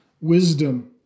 wisdom